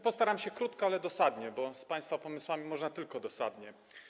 Postaram się krótko, ale dosadnie, bo z państwa pomysłami można tylko dosadnie.